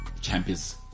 champions